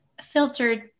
filtered